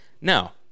Now